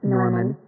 Norman